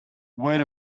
wait